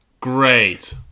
Great